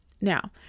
Now